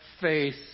face